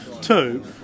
two